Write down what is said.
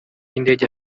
y’indege